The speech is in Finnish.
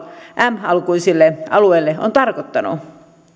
m alkuisille alueille on tarkoittanut